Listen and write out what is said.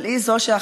אבל היא שאחראית